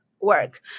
work